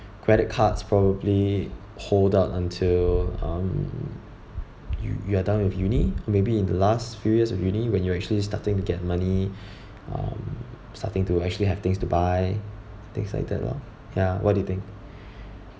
credit cards probably hold out until um you you are done with uni maybe in the last few years of uni when you actually starting to get money um starting to actually have things to buy things like that lor ya what do you think